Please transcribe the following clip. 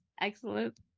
Excellent